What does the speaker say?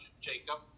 Jacob